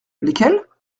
lesquelles